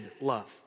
love